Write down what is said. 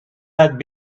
had